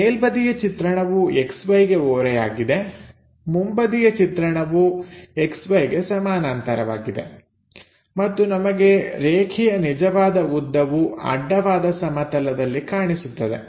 ಮೇಲ್ಬದಿಯ ಚಿತ್ರಣವು XY ಗೆ ಓರೆಯಾಗಿದೆ ಮುಂಬದಿಯ ಚಿತ್ರಣವು XYಗೆ ಸಮಾನಾಂತರವಾಗಿದೆ ಮತ್ತು ನಮಗೆ ರೇಖೆಯ ನಿಜವಾದ ಉದ್ದವು ಅಡ್ಡವಾದ ಸಮತಲದಲ್ಲಿ ಕಾಣಿಸುತ್ತದೆ